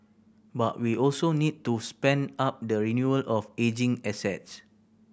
but we also need to spend up the renewal of ageing assets